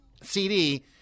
CD